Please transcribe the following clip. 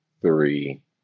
three